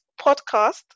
podcast